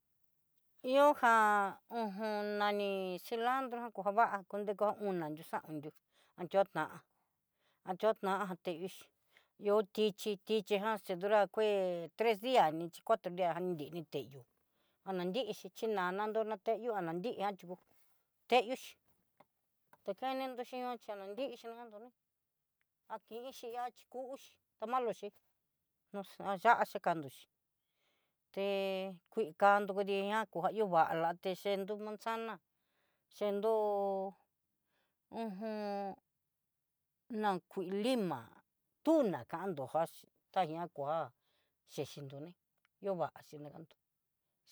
Ihó ján uj nani cilandro kovaa konreka oná nrú xaon yú an a yó tan teixi ihó tichí tichí ján xé ndurá kué tres dia ni chí cuatro dia nri ni teiyó ho nannrixhi xhinana nro nateiyó ananrí ján ti'ó, teyó xhi tekenennró xhi ñoo chí nanrí chí nandó ní akinxhí ña chikunxi tá malo xhí no ya'á xhi kandó xí té kuikandó kudí ñá kó ihú vala té chendú xana chendó uju nakui limá, tuna kandó jaxhí tá ña koá xhexhinró né nriova najandó.